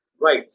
right